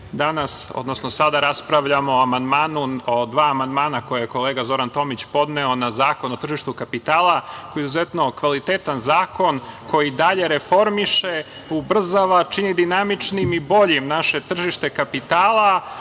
građani Srbije, sada raspravljamo o amandmanu, o dva amandmana koje je kolega Zoran Tomić, podneo na Zakon o tržištu kapitala, koji je izuzetno kvalitetan zakon, koji i dalje reformiše, ubrzava, čini dinamičnim i boljim tržište kapitala,